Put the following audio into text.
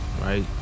right